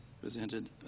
presented